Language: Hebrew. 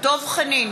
דב חנין,